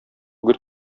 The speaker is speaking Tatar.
гөр